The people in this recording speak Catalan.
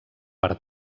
per